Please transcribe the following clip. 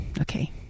Okay